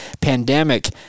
pandemic